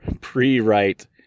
pre-write